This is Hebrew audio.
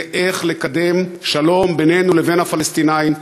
וזה איך לקדם שלום בינינו לבין הפלסטינים,